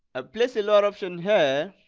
ah place a lower option here